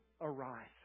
arise